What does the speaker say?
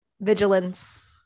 vigilance